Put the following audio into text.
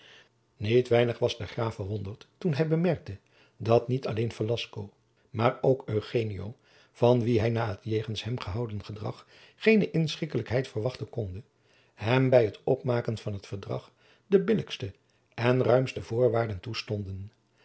niet weinig was de graaf verwonderd toen hij bemerkte dat niet alleen velasco maar ook eugenio van wien hij na het jegens hem gehouden jacob van lennep de pleegzoon gedrag geene inschikkelijkheid verwachten konde hem bij het opmaken van het verdrag de billijkste en ruimste voorwaarden toestonden